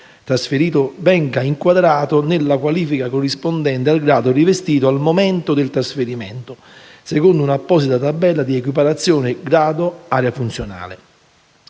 trasferito venga inquadrato nella qualifica corrispondente al grado rivestito al momento del trasferimento, secondo un'apposita tabella di equiparazione grado/area funzionale.